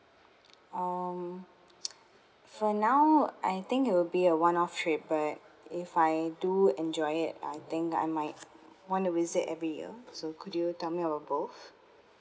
um for now I think it will be a one off trip but if I do enjoy it I think I might want to visit every year so could you tell me of a both